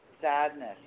sadness